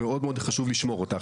מאוד מאוד חשוב לשמור אותה.